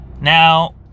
Now